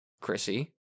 Chrissy